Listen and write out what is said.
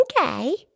Okay